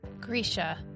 Grisha